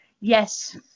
yes